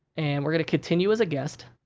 and, we're gonna continue as a guest.